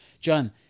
John